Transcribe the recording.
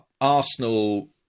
Arsenal